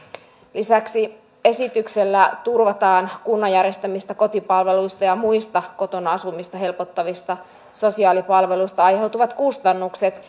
lisäksi esityksellä turvataan kunnan järjestämistä kotipalveluista ja muista kotona asumista helpottavista sosiaalipalveluista aiheutuvat kustannukset